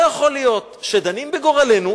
לא יכול להיות שדנים בגורלנו,